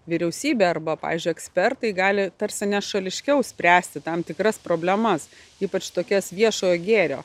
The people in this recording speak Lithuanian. vyriausybė arba pavyzdžiui ekspertai gali tarsi nešališkiau spręsti tam tikras problemas ypač tokias viešojo gėrio